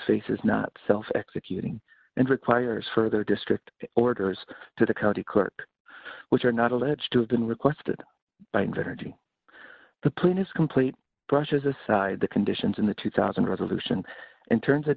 face is not self executing and requires further district orders to the county clerk which are not alleged to have been requested by inverting the plan is complete brushes aside the conditions in the two thousand resolution and turns